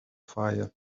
fire